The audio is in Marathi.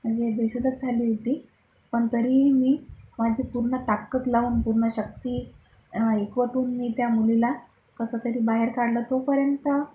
म्हणजे बेशुद्धच झाली होती पण तरीही मी माझी पूर्ण ताकत लावून पूर्ण शक्ती एकवटून मी त्या मुलीला कसंतरी बाहेर काढलं तोपर्यंत